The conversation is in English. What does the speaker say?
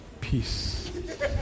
peace